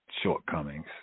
shortcomings